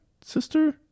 sister